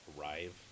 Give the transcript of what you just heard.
arrive